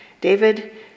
David